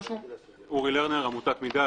אורי לרנר, עמותת מדעת.